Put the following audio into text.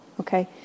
okay